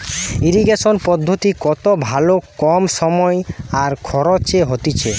irrigation পদ্ধতি কত ভালো কম সময় আর খরচে হতিছে